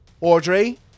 Audrey